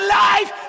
life